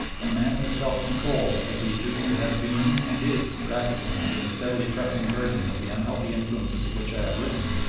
the manly self-control that the egyptian has been and is practising under the steadily pressing burthen of the unhealthy influences of which i have written,